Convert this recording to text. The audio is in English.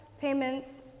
payments